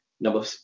Number